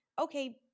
okay